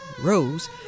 rose